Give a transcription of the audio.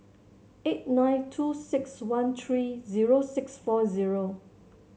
eight nine two six one three zero six four zero